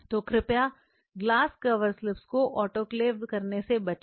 तो कृपया glass cover slip को आटोक्लेव करने से बचें